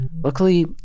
Luckily